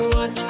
one